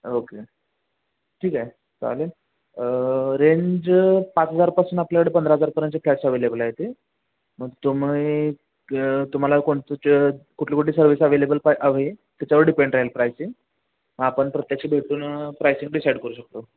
okay ठीक आहे चालेल रेंज पाच हजारपासून आपल्याकडे पंधरा हजारपर्यंतचे फ्लॅट्स अवेलेबल आहे ते मग तुम्ही तुम्हाला कोणतं कुठली कुठली सर्विस अव्हेलेबल पाहि हवी त्याच्यावर डिपेंड राहील प्रायसिंग आपण प्रत्यक्ष भेटून प्राईसिंग डिसाईड करू शकतो